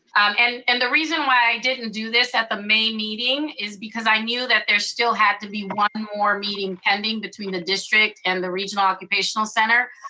and and the reason why i didn't do this at the main meeting, is because i knew that there still had to be one more meeting pending between the district and the regional occupational center.